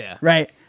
right